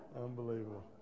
Unbelievable